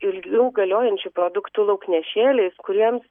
ilgiau galiojančių produktų lauknešėliais kuriems